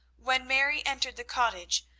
when mary entered the cottage,